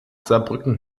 saarbrücken